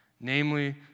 namely